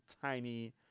tiny